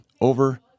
over